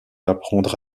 apprendre